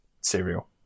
cereal